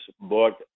book